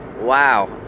Wow